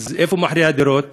אז איפה מחירי הדירות,